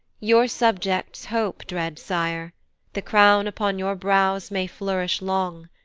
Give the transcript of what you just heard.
your subjects hope, dread sire the crown upon your brows may flourish long,